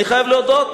אני חייב להודות,